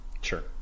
Sure